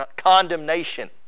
condemnation